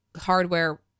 hardware